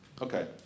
Okay